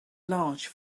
large